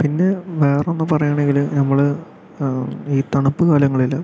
പിന്നെ വേറെ ഒന്ന് പറയുകയാണെങ്കിൽ നമ്മള് ഈ തണുപ്പ് കാലങ്ങളില്